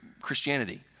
Christianity